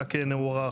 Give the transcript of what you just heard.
מה כן הוארך,